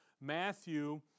Matthew